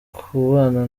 kubana